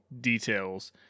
details